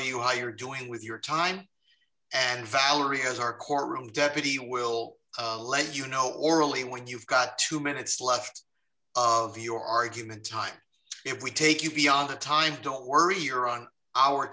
you how you're doing with your time and valerie is our courtroom deputy we'll let you know orally when you've got two minutes left of your argument time if we take you beyond the time don't worry you're on our